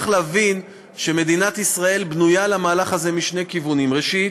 צריך להבין שמדינת ישראל בנויה למהלך הזה משני כיוונים: ראשית,